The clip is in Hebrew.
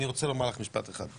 אני רוצה לומר לך בכנסת